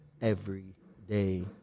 everyday